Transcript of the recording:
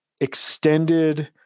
extended